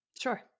sure